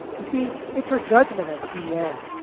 you see, it's her judgment as d a.